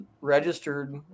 registered